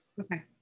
Okay